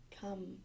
come